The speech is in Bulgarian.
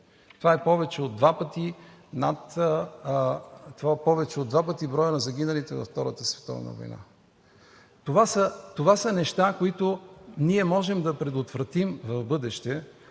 Това е повече от два пъти броя на загиналите във Втората световна война. Това са неща, които ние можем да предотвратим в бъдеще,